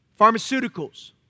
pharmaceuticals